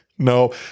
no